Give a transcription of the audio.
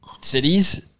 Cities